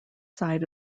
side